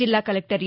జిల్లా కలెక్టర్ ఎ